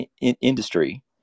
industry